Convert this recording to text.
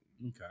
okay